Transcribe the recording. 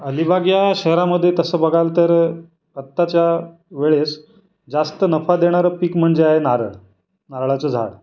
अलिबाग या शहरामध्ये तसं बघाल तर आत्ताच्या वेळेस जास्त नफा देणारं पीक म्हणजे आहे नारळ नारळाचं झाड